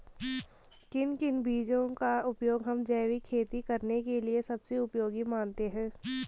किन किन बीजों का उपयोग हम जैविक खेती करने के लिए सबसे उपयोगी मानते हैं?